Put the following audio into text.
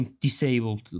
disabled